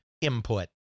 input